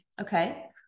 Okay